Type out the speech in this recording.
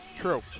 True